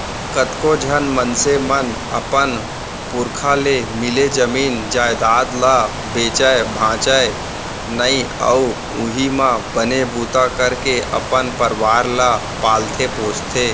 कतको झन मनसे मन अपन पुरखा ले मिले जमीन जयजाद ल बेचय भांजय नइ अउ उहीं म बने बूता करके अपन परवार ल पालथे पोसथे